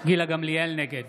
(קורא בשמות חברי הכנסת) גילה גמליאל, נגד